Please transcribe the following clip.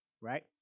right